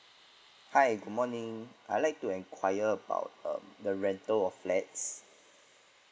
hi good morning I'd like to enquire about uh the rental of flats